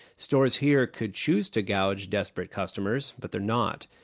stores here could choose to gouge desperate customers, but they're not.